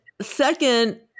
second